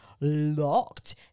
Locked